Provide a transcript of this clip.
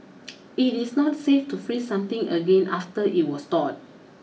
it is not safe to freeze something again after it was thawed